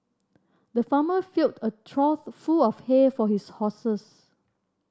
the farmer filled a trough full of hay for his horses